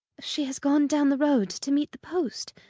she has gone down the road to meet the post.